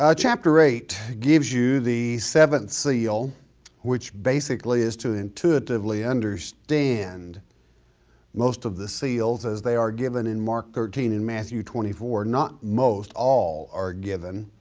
ah chapter eight gives you the seventh seal which basically is to intuitively understand most of the seals as they are given in mark thirteen and matthew twenty four, not most, all are given